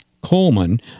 Coleman